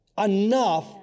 enough